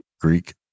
greek